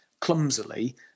clumsily